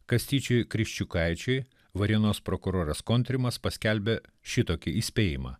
kastyčiui krikščiukaičiui varėnos prokuroras kontrimas paskelbė šitokį įspėjimą